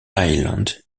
island